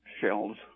shells